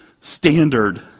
standard